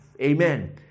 Amen